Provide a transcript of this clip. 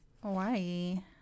Hawaii